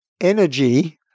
energy